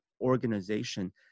organization